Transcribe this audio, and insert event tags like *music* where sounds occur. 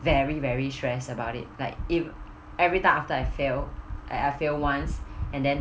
very very stress about it like if every time after I fail I I failed once *breath* and then